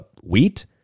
wheat